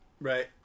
Right